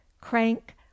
crank